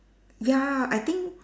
ya I think